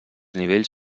nivells